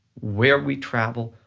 where we travel,